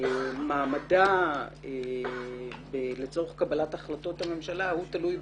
מעמדה לצורך קבלת החלטות הממשלה תלוי בך.